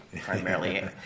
primarily